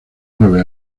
nueve